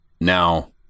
Now